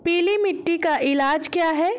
पीली मिट्टी का इलाज क्या है?